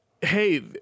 hey